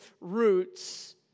roots